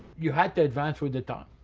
you had to advance with the times.